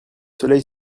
soleil